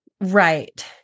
Right